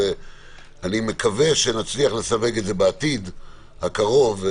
אני מקווה שנצליח לסווג את זה בעתיד הקרוב.